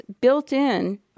built-in